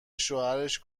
شوهرش